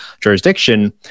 jurisdiction